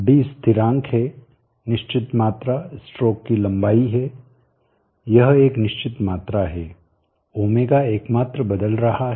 D स्थिरांक है निश्चित मात्रा स्ट्रोक की लंबाई है यह एक निश्चित मात्रा है ω एकमात्र बदल रहा है